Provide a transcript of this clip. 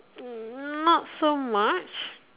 mm not so much